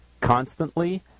constantly